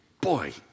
boy